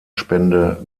spende